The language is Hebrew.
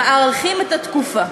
מאריכים את התקופה.